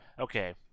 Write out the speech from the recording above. Okay